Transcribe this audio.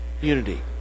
Unity